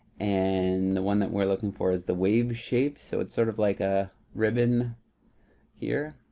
and the one that we're looking for is the wave shape, so it's sort of like a ribbon here.